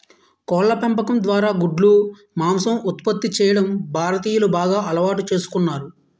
కోళ్ళ పెంపకం ద్వారా గుడ్లు, మాంసం ఉత్పత్తి చేయడం భారతీయులు బాగా అలవాటు చేసుకున్నారు